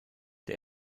der